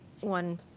one